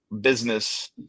business